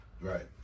Right